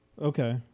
Okay